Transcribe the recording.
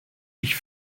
ich